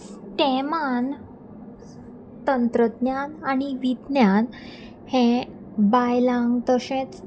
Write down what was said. स्टॅमान तंत्रज्ञान आनी विज्ञान हें बायलांक तशेंच